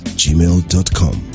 gmail.com